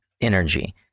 energy